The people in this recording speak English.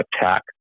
attack